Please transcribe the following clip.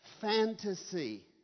fantasy